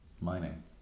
mining